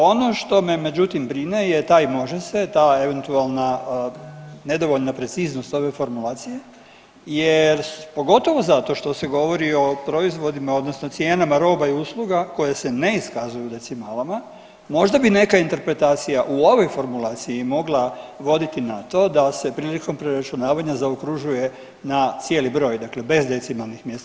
Ono što me međutim brine je taj može se, ta eventualna nedovoljna preciznost ove formulacije jer pogotovo zato što se govori o proizvodima odnosno cijenama roba i usluga koje se ne iskazuju u decimalama, možda bi neka interpretacija u ovoj formulaciji mogla voditi na to da se prilikom preračunavanja zaokružuje na cijeli broj, dakle bez decimalnim mjesta.